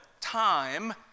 time